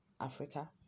Africa